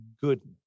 goodness